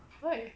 why